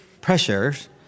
pressures